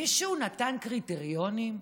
מישהו נתן קריטריונים?